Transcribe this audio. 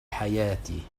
حياتي